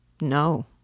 No